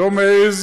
לא מעז